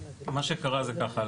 מה שקרה זה ככה,